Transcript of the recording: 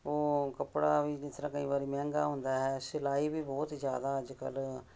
ਉਹ ਕੱਪੜਾ ਵੀ ਜਿਸ ਤਰ੍ਹਾਂ ਕਈ ਵਾਰੀ ਮਹਿੰਗਾ ਹੁੰਦਾ ਹੈ ਸਿਲਾਈ ਵੀ ਬਹੁਤ ਜ਼ਿਆਦਾ ਅੱਜ ਕੱਲ੍ਹ